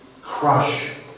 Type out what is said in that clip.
crush